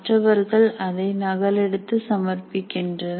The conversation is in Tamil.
மற்றவர்கள் அதை நகலெடுத்து சமர்ப்பிக்கின்றனர்